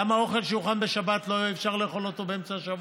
למה אוכל שהוכן בשבת אי-אפשר לאכול באמצע השבוע?